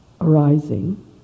arising